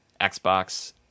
xbox